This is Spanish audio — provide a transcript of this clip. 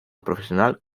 profesional